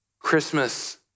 Christmas